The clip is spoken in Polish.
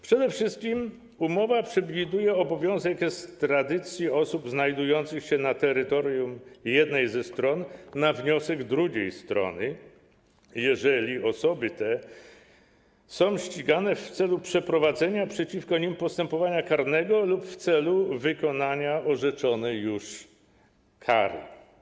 Przede wszystkim umowa przewiduje obowiązek ekstradycji osób znajdujących się na terytorium jednej ze stron na wniosek drugiej strony, jeżeli osoby te są ścigane w celu przeprowadzenia przeciwko nim postępowania karnego lub w celu wykonania orzeczonej już kary.